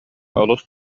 олус